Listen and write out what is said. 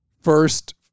first